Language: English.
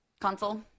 console